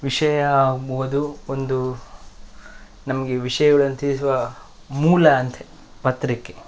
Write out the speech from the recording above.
ವಿಷಯ ಓದು ಒಂದು ನಮಗೆ ವಿಷಯಗಳನ್ನು ತಿಳಿಸುವ ಮೂಲ ಅಂದ್ರೆ ಪತ್ರಿಕೆ